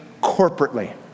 corporately